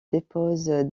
dépose